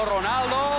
Ronaldo